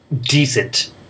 decent